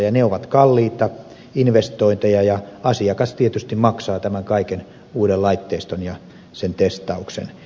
ne ovat kalliita investointeja ja asiakas tietysti maksaa tämän kaiken uuden laitteiston ja sen testauksen